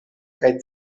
kaj